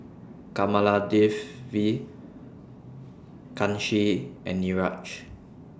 Kamaladevi Kanshi and Niraj